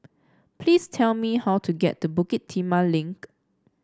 please tell me how to get to Bukit Timah Link